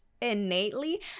innately